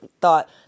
thought